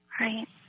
Right